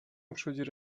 przychodzi